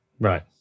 Right